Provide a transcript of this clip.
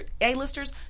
A-listers